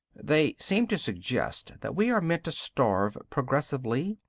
they seem to suggest that we are meant to starve progressively,